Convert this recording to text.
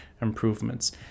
improvements